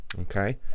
Okay